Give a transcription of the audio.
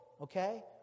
okay